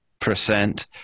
percent